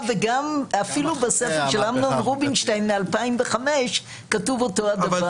אפילו בספר של אמנון רובינשטיין מ-2005 כתוב אותו הדבר.